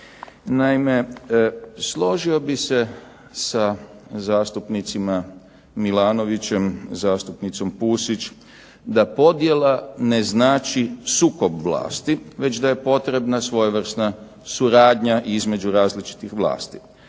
Naime, složio bih se sa zastupnicima Milanovićem, zastupnicom Pusić da podjela ne znači sukob vlasti već da je potrebna svojevrsna suradnja između različitih vlasti,